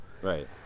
right